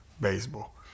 baseball